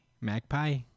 Magpie